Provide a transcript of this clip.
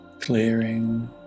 clearing